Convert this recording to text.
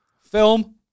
film